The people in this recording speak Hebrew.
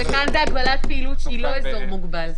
כאן זאת הגבלת פעילות היא לא אזור מוגבל.